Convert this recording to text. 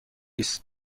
است